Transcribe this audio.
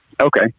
Okay